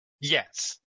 Yes